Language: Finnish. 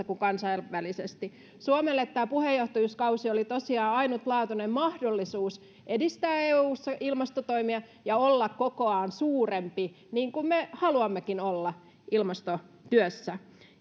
kuin kansainvälisesti suomelle tämä puheenjohtajuuskausi oli tosiaan ainutlaatuinen mahdollisuus edistää eussa ilmastotoimia ja olla kokoaan suurempi niin kuin me haluammekin olla ilmastotyössä